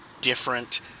different